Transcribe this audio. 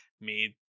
made